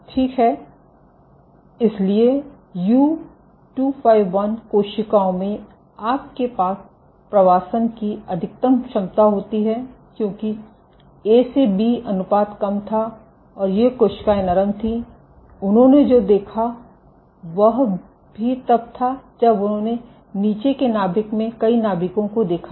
ठीक है इसलिए U251 कोशिकाओं में आपके पास प्रवासन की अधिकतम क्षमता होती है क्योंकि ए से बी अनुपात कम था और ये कोशिकाएं नरम थीं लेकिन उन्होंने जो देखा वह भी तब था जब उन्होंने नीचे के नाभिक में कई नाभिकों को देखा